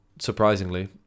surprisingly